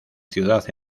ciudad